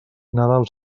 nadal